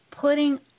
putting